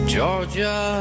Georgia